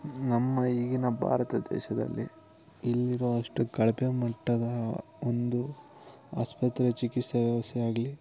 ನಮ್ಮ ಈಗಿನ ಭಾರತ ದೇಶದಲ್ಲಿ ಇಲ್ಲಿರೋ ಅಷ್ಟು ಕಳಪೆ ಮಟ್ಟದ ಒಂದು ಆಸ್ಪತ್ರೆ ಚಿಕಿತ್ಸಾ ವ್ಯವಸ್ಥೆ ಆಗಲೀ